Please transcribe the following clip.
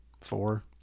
four